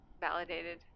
validated